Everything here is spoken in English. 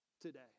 today